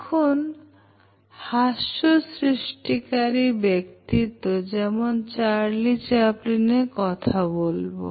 এখন হাস্য সৃষ্টিকারী ব্যক্তিত্ব যেমন চার্লি চাপ্লিন কথা বলবো